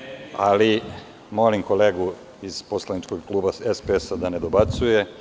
Radenković, s mesta: Meni nije žao.) Molim kolegu iz poslaničkog kluba SPS da ne dobacuje.